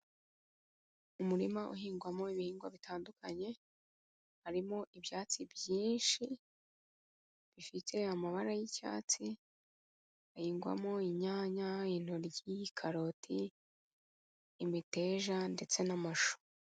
Umurima uhingwamo ibihingwa bitandukanye, harimo ibyatsi byinshi bifite amabara y'icyatsi, hahingwamo: inyanya, intoryi, karoti, imiteja ndetse n'amashu.